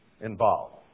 involved